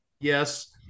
yes